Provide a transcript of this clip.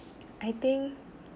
I think